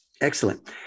Excellent